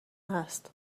هست